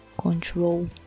control